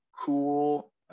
cool